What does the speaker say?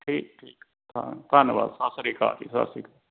ਠੀਕ ਠੀਕ ਹਾਂ ਧੰਨਵਾਦ ਸਤਿ ਸ਼੍ਰੀ ਅਕਾਲ ਜੀ ਸਤਿ ਸ਼੍ਰੀ ਅਕਾਲ